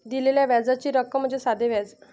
दिलेल्या व्याजाची रक्कम म्हणजे साधे व्याज